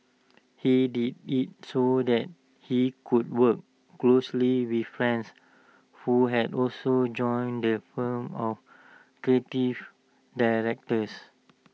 he did IT so that he could work closely with friends who had also joined the firm or creative directors